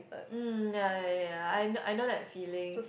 mm ya ya ya I kno~ I know that feeling